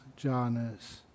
jhanas